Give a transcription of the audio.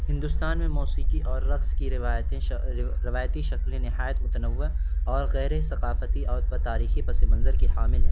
ہندوستان میں موسیقی اور رقص کی روایتی روایتی شکل نہایت متنوع اور گہری ثقافتی اور تاریخی پس منظر کی حامل ہیں